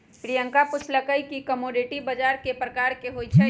प्रियंका पूछलई कि कमोडीटी बजार कै परकार के होई छई?